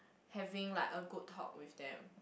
having like a good talk with them